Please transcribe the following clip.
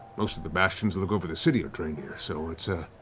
most of the bastions that look over the city are trained here, so it's ah